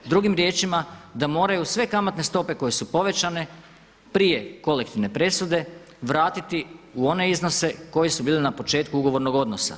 Drugim riječima da moraju sve kamatne stope koje su povećane prije kolektivne presude vratiti u one iznose koji su bili na početku ugovornog odnosa.